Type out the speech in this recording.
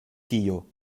tio